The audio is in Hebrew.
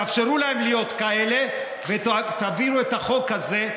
תאפשרו להם להיות כאלה ותעבירו את החוק הזה.